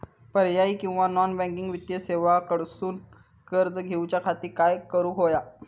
पर्यायी किंवा non banking वित्तीय सेवा कडसून कर्ज घेऊच्या खाती काय करुक होया?